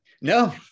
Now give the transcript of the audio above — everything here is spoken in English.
No